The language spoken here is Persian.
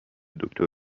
دکتر